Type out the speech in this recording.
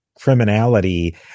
criminality